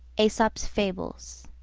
aesop's fables,